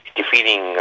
defeating